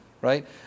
right